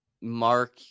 Mark